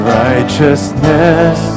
righteousness